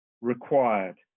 required